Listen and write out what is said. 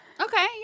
okay